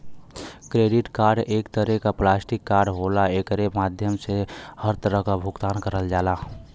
credit card एक तरे क प्लास्टिक कार्ड होला एकरे माध्यम से हर तरह क भुगतान करल जाला